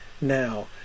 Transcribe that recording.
now